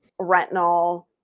retinol